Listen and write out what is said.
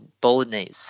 Bolognese